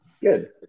Good